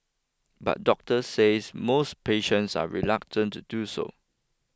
but doctors says most patients are reluctant to do so